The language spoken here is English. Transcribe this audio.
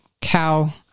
cow